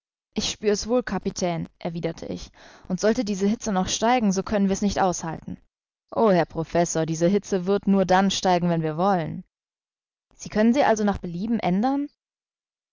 ich spür es wohl kapitän erwiderte ich und sollte diese hitze noch steigen so können wir's nicht aushalten o herr professor diese hitze wird nur dann steigen wenn wir wollen sie können sie also nach belieben ändern